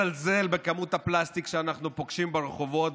אפשר לזלזל בכמות הפלסטיק שאנחנו פוגשים ברחובות,